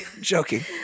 Joking